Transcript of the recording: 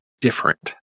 different